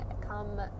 come